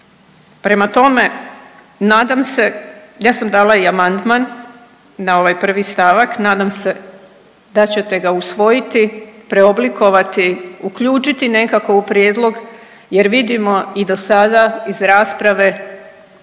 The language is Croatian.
Prema tome, nadam se, ja sam dala i amandman na ovaj prvi stavak, nadam se da ćete ga usvojiti, preoblikovati, uključiti nekako u prijedlog jer vidimo i do sada iz rasprave